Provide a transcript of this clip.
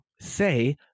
say